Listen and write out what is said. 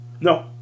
No